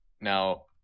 now